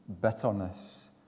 bitterness